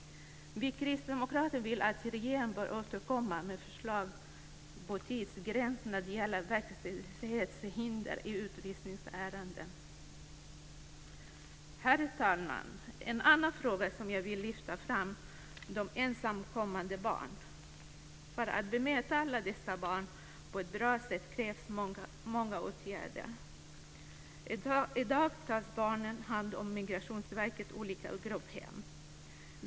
Vi kristdemokrater vill att regeringen återkommer med förslag på tidsgräns när det gäller verkställighetshinder i utvisningsärenden. Herr talman! En annan fråga jag vill lyfta fram är de ensamkommande barnen. För att vi ska kunna bemöta alla dessa barn på ett bra sätt krävs många åtgärder. I dag tas barnen om hand av Migrationsverkets olika grupphem.